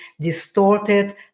distorted